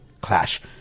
clash